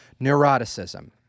Neuroticism